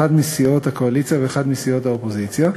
אחד מסיעות הקואליציה ואחד מסיעות האופוזיציה,